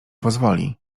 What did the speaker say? pozwoli